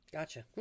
Gotcha